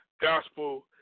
gospel